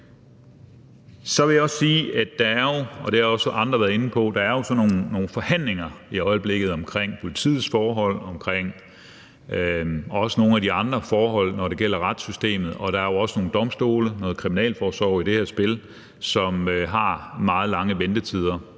inde på, nogle forhandlinger i øjeblikket omkring politiets forhold og også omkring andre forhold i retssystemet. Der er også nogle domstole og noget kriminalforsorg i det her spil, som har meget lange ventetider